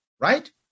right